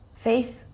Faith